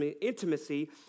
intimacy